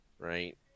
right